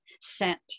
scent